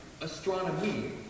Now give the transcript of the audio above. astronomy